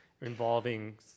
involving